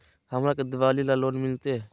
हमरा के दिवाली ला लोन मिलते?